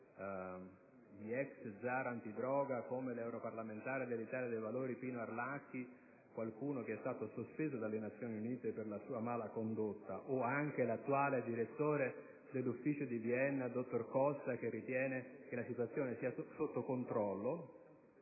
gli ex zar antidroga come l'europarlamentare dell'Italia dei Valori Pino Arlacchi, qualcuno che è stato sospeso dalle Nazioni Unite per la sua mala condotta, o anche l'attuale direttore dell'ufficio di Vienna, dottor Costa, che ritiene che la situazione sia sotto controllo)